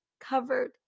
covered